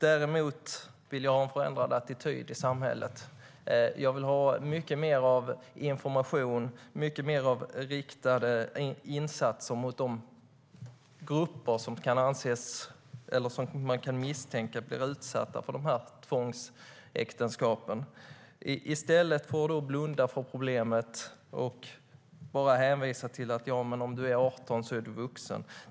Däremot vill jag ha en förändrad attityd i samhället. Jag vill ha mycket mer av information och insatser riktade mot de grupper som man kan misstänka blir utsatta för tvångsäktenskap i stället för att man blundar för problemet och bara hänvisar till att den som är 18 är vuxen.